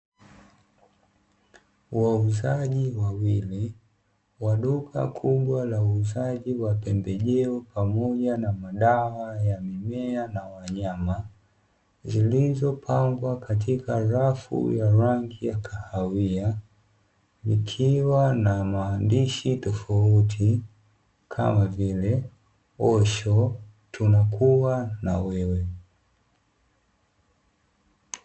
Wauzaji wawili wa duka kubwa la uuzaji wa pembejeo pamoja na madawa ya mimea na wanyama zilizo pangwa katika rafu ya rangi ya kahawia ikiwa na maandishi tofauti kama vile "Osho tunakuwa na wewe".